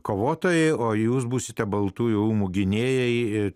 kovotojai o jūs būsite baltųjų rūmų gynėjai